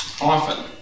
often